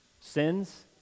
sins